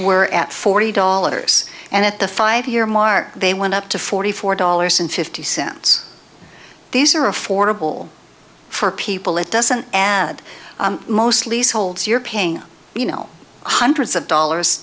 were at forty dollars and at the five year mark they went up to forty four dollars and fifty cents these are affordable for people it doesn't add most leaseholds you're paying you know hundreds of dollars